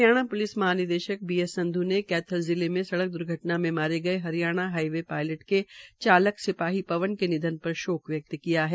Haryana police महानिदेशक B S Sandhu ने कैथल जिले में सड़क द्र्घटना में मारे गये हरियाणा हाईवे पायलट के चालक सिपाही पवन के निधन पर शोक व्यक्त किया है